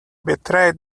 betrayed